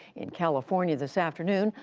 in california this afternoon,